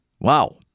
Wow